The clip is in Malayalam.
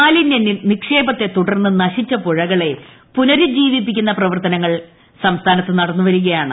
മാലിന്യ നിക്ഷേപ ത്തെ തുടർന്ന് നശിച്ച പുഴകളെ പുനർജ്ജീവിപ്പിക്കുന്ന പ്രവർത്ത നങ്ങൾ കേരളത്തിൽ നടന്നു വരികയാണ്